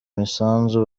misanzu